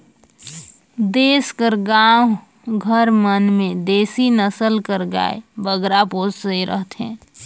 देस कर गाँव घर मन में देसी नसल कर गाय बगरा पोसे रहथें